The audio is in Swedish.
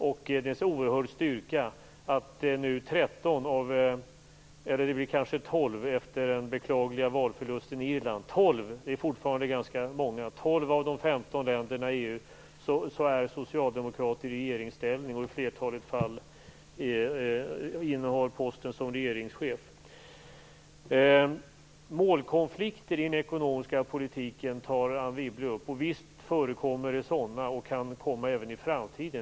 Det är en oerhörd styrka att det är socialdemokrater i regeringsställning i 12 - det blir väl 12 efter den beklagliga valförlusten i Irland - av de 15 länderna i EU. I flertalet fall innehar socialdemokrater posten som regeringschef. Anne Wibble tar upp målkonflikter i den ekonomiska politiken. Visst förekommer det sådana, och de kan även uppstå i framtiden.